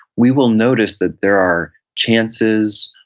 we will notice that there are chances,